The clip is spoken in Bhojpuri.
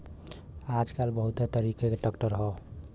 आजकल बहुत तरीके क ट्रैक्टर हौ